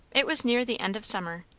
it was near the end of summer,